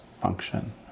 function